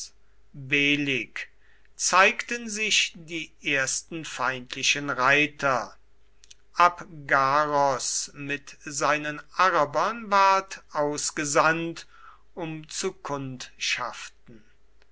zeigten sich die ersten feindlichen reiter abgaros mit seinen arabern ward ausgesandt um zu kundschaften